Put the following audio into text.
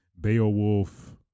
Beowulf